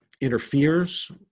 interferes